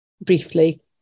briefly